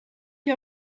dir